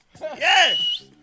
Yes